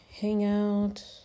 Hangout